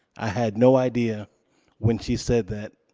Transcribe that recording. i had no idea when she said that,